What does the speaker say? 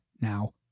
now